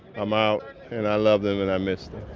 i'm out and i love them and i miss them